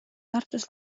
tartus